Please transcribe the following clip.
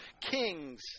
kings